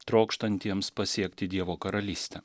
trokštantiems pasiekti dievo karalystę